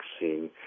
vaccine